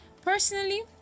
Personally